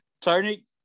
Tony